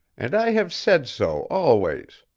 and i have said so always.